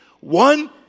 One